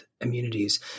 immunities